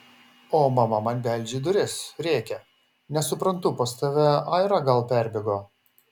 o mama man beldžia į duris rėkia nesuprantu pas tave aira gal perbėgo